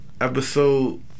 episode